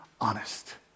honest